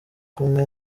kumwe